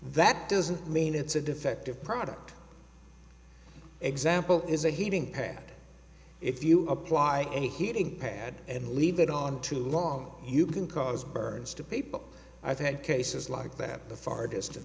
that doesn't mean it's a defective product example is a heating pad if you apply a heating pad and leave it on too long you can cause birds to people i think cases like that the far distan